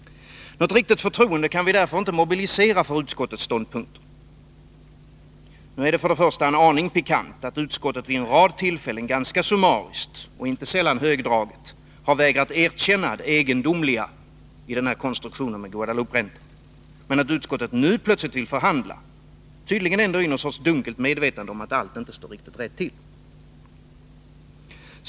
Något riktigt förtroende kan vi därför inte mobilisera för utskottets ståndpunkt. Först och främst är det en aning pikant att utskottet vid en rad tillfällen ganska summariskt och inte sällan högdraget har vägrat erkänna det egendomliga i konstruktionen med Guadelouperäntan, men att utskottet nu plötsligt vill förhandla — tydligen ändå i någon sorts dunkelt medvetande om att allt inte står riktigt rätt till.